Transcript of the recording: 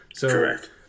Correct